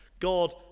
God